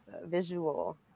visual